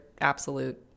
absolute